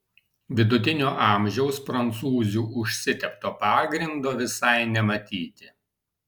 vidutinio amžiaus prancūzių užsitepto pagrindo visai nematyti